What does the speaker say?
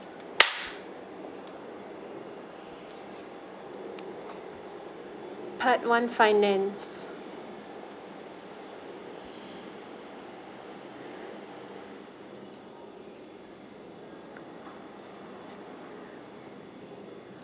part one finance